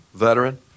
veteran